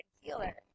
healer